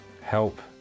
help